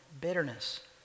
bitterness